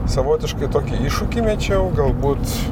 savotiškai tokį iššūkį mečiau galbūt